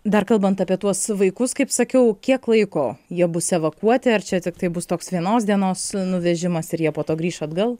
dar kalbant apie tuos vaikus kaip sakiau kiek laiko jie bus evakuoti ar čia tiktai bus toks vienos dienos nuvežimas ir jie po to grįš atgal